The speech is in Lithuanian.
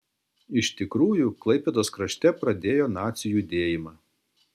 iš tikrųjų klaipėdos krašte pradėjo nacių judėjimą